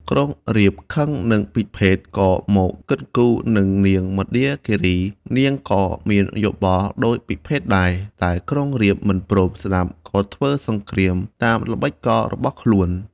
ក្រុងរាពណ៍ខឹងនឹងពិភេកក៏មកគិតគូរនឹងនាងមណ្ឌាគីរី នាងក៏មានយោបល់ដូចពិភេកដែរ តែក្រុងរាពណ៍មិនព្រមស្តាប់ក៏ធ្វើសង្គ្រាមតាមល្បិចកលរបស់ខ្លួន។